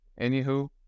Anywho